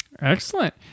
excellent